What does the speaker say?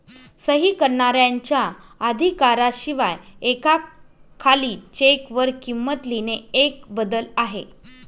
सही करणाऱ्याच्या अधिकारा शिवाय एका खाली चेक वर किंमत लिहिणे एक बदल आहे